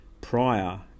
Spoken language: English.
prior